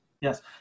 yes